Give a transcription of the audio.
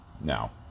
now